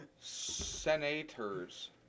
Senators